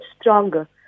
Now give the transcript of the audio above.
stronger